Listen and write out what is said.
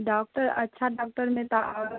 doctor अच्छा डॉक्टरमे तऽ